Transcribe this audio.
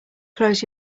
close